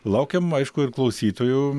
laukiam aišku ir klausytojų